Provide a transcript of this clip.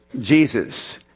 Jesus